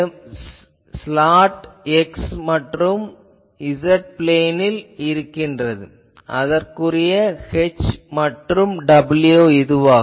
இந்த slot x மற்றும் z பிளேனில் உள்ளது அதற்குரிய h மற்றும் w இதுவாகும்